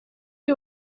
you